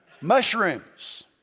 Mushrooms